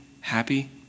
happy